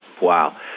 Wow